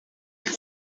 were